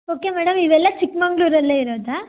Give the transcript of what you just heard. okay madam ಇವೆಲ್ಲ ಚಿಕ್ಕಮಂಗ್ಳೂರಲ್ಲೇ ಇರೋದಾ